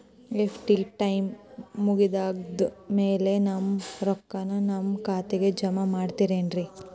FD time ಮುಗಿದಾದ್ ಮ್ಯಾಲೆ ನಮ್ ರೊಕ್ಕಾನ ನಮ್ ಖಾತೆಗೆ ಜಮಾ ಮಾಡ್ತೇರೆನ್ರಿ?